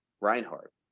Reinhardt